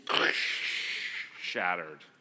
shattered